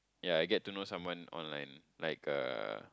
ya I get to know someone online like uh